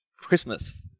Christmas